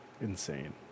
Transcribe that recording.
Insane